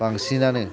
बांसिनानो